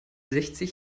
sechzig